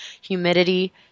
humidity